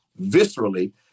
viscerally